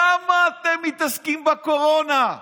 כמה אתם מתעסקים בקורונה?